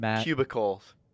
cubicles